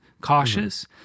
cautious